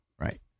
Right